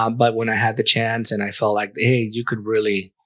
um but when i had the chance and i felt like hey, you could really